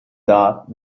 that